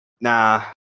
nah